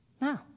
No